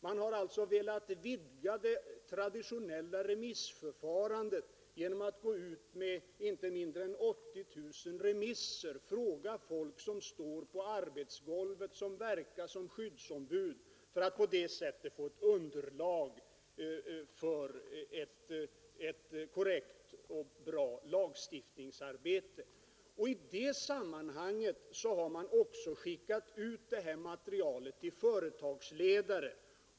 Man har velat vidga det traditionella remissförfarandet genom att gå ut med inte mindre än 80 000 remisser, genom att fråga folk på arbetsgolvet, skyddsombud och andra berörda, för att på så sätt få ett underlag för ett korrekt och bra lagstiftningsarbete. I det sammanhanget har materialet också skickats ut till företagsledare.